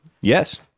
yes